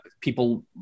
people